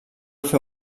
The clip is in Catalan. fer